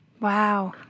Wow